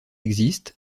existent